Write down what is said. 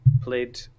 played